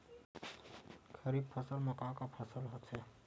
खरीफ फसल मा का का फसल होथे?